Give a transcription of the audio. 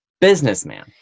businessman